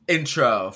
Intro